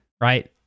right